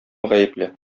гаепле